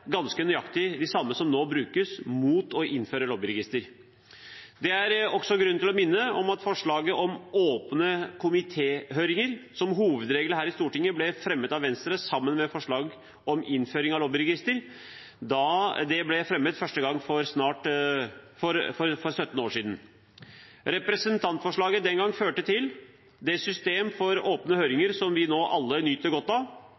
ganske nøyaktig de samme som nå brukes mot å innføre lobbyregister. Det er også grunn til å minne om at forslaget om åpne komitéhøringer som hovedregel her i Stortinget ble fremmet av Venstre, sammen med forslag om innføring av lobbyregister, da det ble fremmet første gang for 17 år siden. Representantforslaget den gangen førte til det systemet for åpne høringer som vi nå alle nyter godt av, mens det som gjaldt lobbyregister, fortsatt må framføres her av